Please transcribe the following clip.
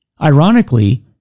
Ironically